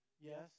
Yes